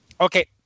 Okay